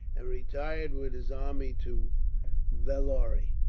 and retired with his army to vellore.